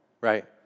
right